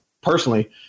personally